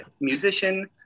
musician